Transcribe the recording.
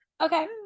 Okay